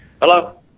Hello